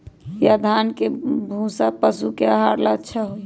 या धान के भूसा पशु के आहार ला अच्छा होई?